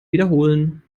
wiederholen